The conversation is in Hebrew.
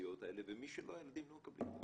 בנסיעות האלה, ומי שלא, הילדים לא מקבלים.